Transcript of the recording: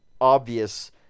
obvious